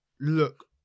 look